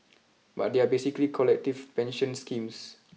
but they are basically collective pension schemes